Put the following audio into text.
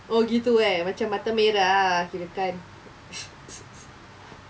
oh gitu eh macam mata merah ah kirakan